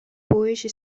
puiši